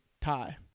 tie